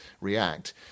react